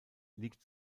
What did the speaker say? liegt